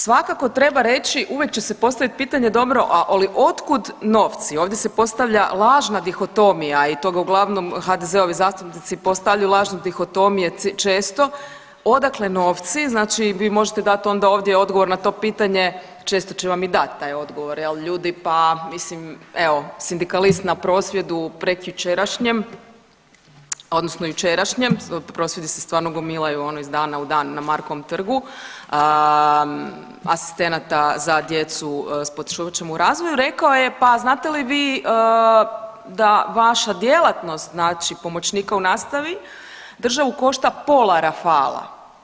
Svakako treba reći, uvijek će se postavit pitanje dobro ali otkud novci i ovdje se postavlja lažna dihotomija i to uglavnom HDZ-ovi zastupnici postavljaju lažnu dihotomiju često, odakle novci, znači vi možete dat onda ovdje odgovor na to pitanje često će vam i dati taj odgovor jel ljudi pa mislim evo sindikalist na prosvjedu prekjučerašnjem odnosno jučerašnjem, prosvjedi se stvarno gomilaju ono iz dana u dan na Markovom trgu, asistenata za djecu s poteškoćama u razvoju rekao je pa znate li vi da vaša djelatnost znači pomoćnika u nastavi državu košta pola Rafala.